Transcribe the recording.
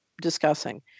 discussing